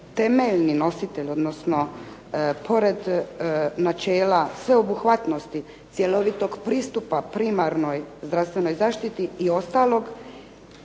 temeljni nositelj odnosno pored načela sveobuhvatnosti, cjelovitog pristupa primarnoj zdravstvenoj zaštiti i ostalog